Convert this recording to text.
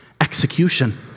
execution